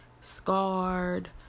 scarred